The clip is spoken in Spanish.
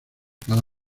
cada